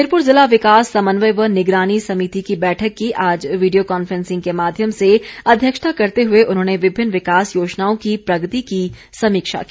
हमीरपुर जिला विकास समन्वय व निगरानी समिति की बैठक की आज वीडियो कांफ्रेंसिंग के माध्यम से अध्यक्षता करते हुए उन्होंने विभिन्न विकास योजनाओं की प्रगति की समीक्षा की